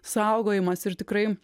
saugojimąsi ir tikrai